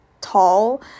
tall